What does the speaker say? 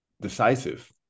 decisive